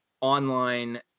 online